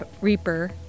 Reaper